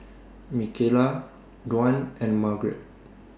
Mikaela Dwan and Margret